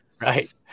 Right